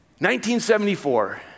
1974